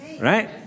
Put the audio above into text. right